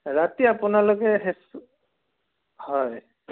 ৰাতি আপোনালোকে সেইটো হয়